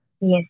Yes